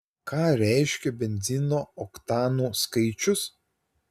ką reiškia benzino oktanų skaičius